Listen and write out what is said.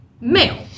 male